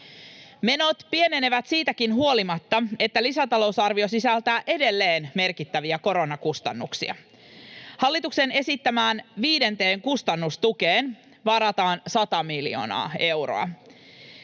Menot pienenevät siitäkin huolimatta, että lisätalousarvio sisältää edelleen merkittäviä koronakustannuksia: Hallituksen esittämään viidenteen kustannustukeen varataan 100 miljoonaa euroa.